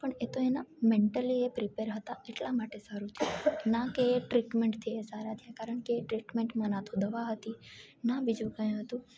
પણ એતો એના મેન્ટલી એ પ્રિપર હતા એટલા માટે સારું થયું ના કે એ ટ્રીટમેન્ટથી એ સારા થયા કારણ કે એ ટ્રીટમેન્ટમાં ન તો દવા હતી ના બીજું કંઈ હતું